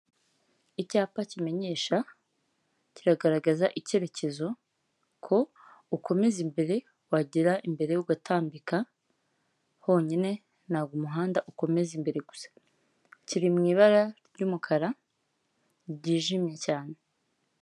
Icyapa kimenyesha; kiragaragaza icyerekezo ko ukomeza imbere wagera imbere ugatambika, honyine ntabwo umuhanda ukomeze imbere gusa, kiri mw' ibara ry'umukara ryijimye cyane.